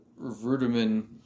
Ruderman